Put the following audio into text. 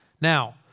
Now